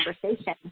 conversation